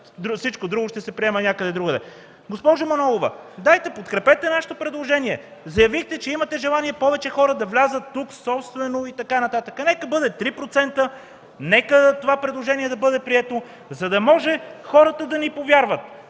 всичко друго ще се приема някъде другаде?! Госпожо Манолова, подкрепете нашето предложение! Заявихте, че имате желание повече хора да влязат тук собствено и така нататък. Нека бъде 3%, нека това предложение да бъде прието, за да може хората да ни повярват!